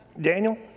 Daniel